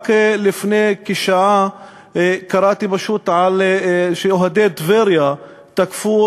רק לפני כשעה קראתי שאוהדי טבריה תקפו